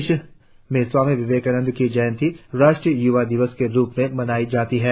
देश में स्वामी विवेकानंद की जयंती राष्ट्रीय युवा दिवस के रुप में भी मनाई जाती है